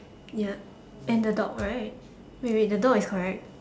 ya and the dog right wait wait the dog is correct